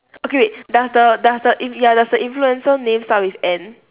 okay wait does the does the ya does the influencer name start with N